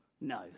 No